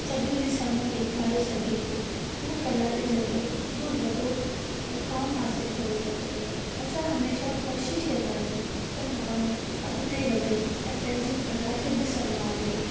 सभिनी जे साम्हूं ॾेखारे सघे थो उहो कला जे ज़रिए हेॾो वॾो मुक़ामु हासिलु करे सघे थो असां हमेशह कोशिश कंदा आहियूं त माण्हू अॻिते वधे ऐं पंहिंजी कला खे बि सम्मान ॾे